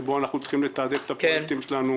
שבה אנחנו צריכים לתעדף את הפרויקטים שלנו.